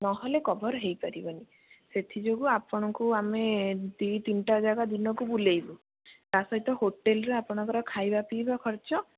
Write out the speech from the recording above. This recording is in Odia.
ନହେଲେ କଭର ହେଇପାରିବନି ସେଥିଯାଗୁଁ ଆପଣଙ୍କୁ ଆମେ ଦୁଇ ତିନିଟା ଜାଗା ଦିନକୁ ବୁଲେଇବୁ ତା ସହିତ ହୋଟେଲରେ ଆପଣଙ୍କର ଖାଇବାପିଇବା ଖର୍ଚ୍ଚ